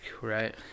right